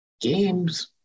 games